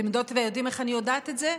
אתם יודעות ויודעים איך אני יודעת את זה?